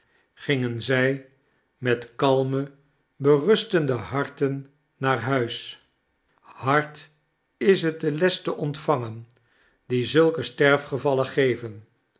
gingen zij met kalme berustende harten naar huis hard is het de les te ontvangen die zulke sterfgevallen geven